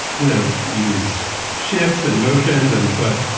you know, use shifts and motions and put,